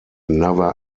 never